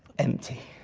empty.